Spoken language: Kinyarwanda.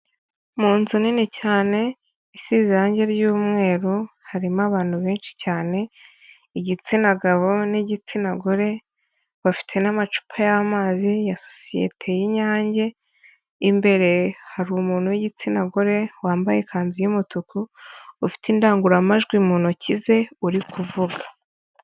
Mu nzu nini cyane isize irangi ry'umweru harimo abantu benshi cyane, igitsina gabo n'igitsina gore, bafite n'amacupa y'amazi ya sosiyete y'inyange, imbere hari umuntu w'igitsina gore wambaye ikanzu y'umutuku, ufite indangururamajwi mu ntoki ze uri kuvuga.